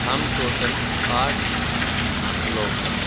ہم ٹوٹل آٹھ لوگ ہیں